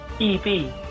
eb